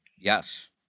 Yes